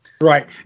Right